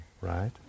right